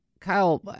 Kyle